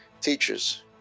teachers